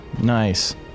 nice